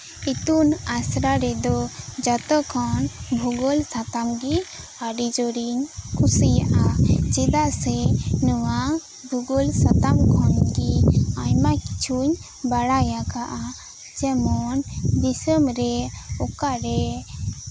ᱤᱛᱩᱱ ᱟᱥᱲᱟᱨᱮᱫᱚ ᱡᱚᱛᱚᱠᱷᱚᱱ ᱵᱷᱩᱜᱳᱞ ᱥᱟᱛᱟᱢ ᱜᱮ ᱟᱹᱰᱤ ᱡᱚᱨ ᱤᱧ ᱠᱩᱥᱤᱭᱟᱜᱼᱟ ᱪᱮᱫᱟᱜ ᱥᱮ ᱱᱚᱶᱟ ᱵᱷᱩᱜᱳᱞ ᱥᱟᱛᱟᱢ ᱠᱷᱚᱱ ᱜᱮ ᱟᱭᱢᱟᱠᱤᱪᱷᱩᱧ ᱵᱟᱲᱟᱭ ᱟᱠᱟᱫᱼᱟ ᱡᱮᱢᱚᱱ ᱫᱤᱥᱚᱢ ᱨᱮ ᱚᱠᱟᱨᱮ